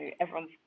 everyone's